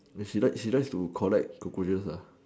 she likes to collects cockroaches